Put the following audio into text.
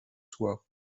soirs